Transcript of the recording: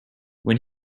when